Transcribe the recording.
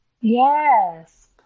Yes